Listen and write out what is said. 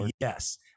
yes